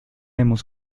hemos